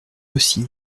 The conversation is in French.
aussi